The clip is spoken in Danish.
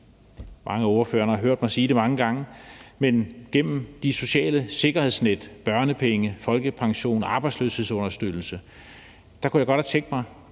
Mange af ordførerne har hørt mig sige det mange gange, men de sociale sikkerhedsnet – børnepenge, folkepension, arbejdsløshedsunderstøttelse – kunne jeg godt have tænkt mig